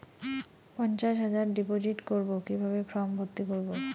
পঞ্চাশ হাজার ডিপোজিট করবো কিভাবে ফর্ম ভর্তি করবো?